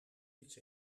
iets